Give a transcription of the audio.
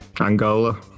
Angola